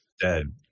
dead